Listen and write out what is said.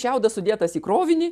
šiaudas sudėtas į krovinį